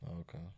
Okay